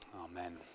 Amen